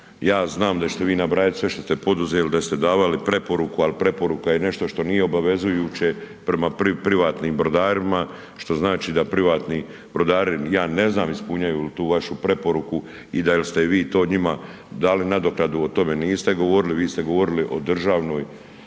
Ja znam da ćete vi nabrajat sve šta ste poduzeli da ste davali preporuku, ali preporuka je nešto što nije obavezujuće prema privatnim brodarima što znači da privatni brodari ja ne znam ispunjaju li tu vašu preporuku i dal ste vi to njima dali nadoknadu o tome niste govorili, vi ste govorili o državnoj